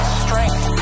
strength